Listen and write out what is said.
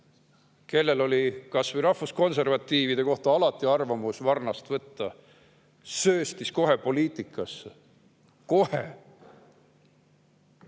kellel oli kas või rahvuskonservatiivide kohta alati arvamus varnast võtta, sööstis kohe poliitikasse. Kohe!